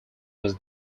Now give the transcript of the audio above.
was